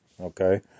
Okay